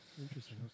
interesting